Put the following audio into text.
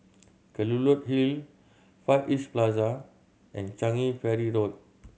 Kelulut Hill Far East Plaza and Changi Ferry Road